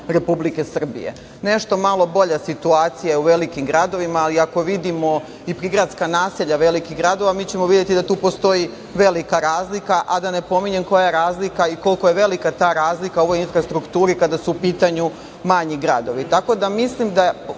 Republike Srbije. Nešto malo bolja situacija je u velikim gradovima. Ako vidimo i prigradska naselja velikih gradova, mi ćemo videti da tu postoji velika razlika, a da ne pominjem koja razlika i koliko je velika ta razlika u ovoj infrastrukturi kada su u pitanju manji gradovi.